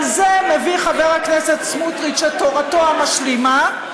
על זה מביא חבר הכנסת סמוטריץ את תורתו המשלימה,